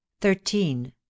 Thirteen